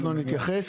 אנחנו נתייחס,